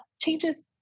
changes